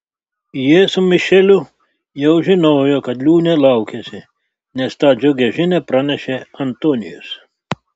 jie su mišeliu jau žinojo kad liūnė laukiasi nes tą džiugią žinią pranešė antonijus